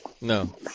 No